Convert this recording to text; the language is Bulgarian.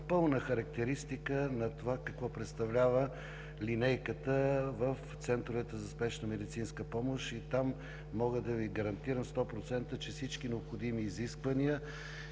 пълна характеристика на това, какво представлява линейката в центровете за спешна медицинска помощ. Там мога да Ви гарантирам на 100%, че всички необходими изисквания